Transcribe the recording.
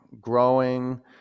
growing